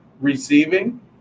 receiving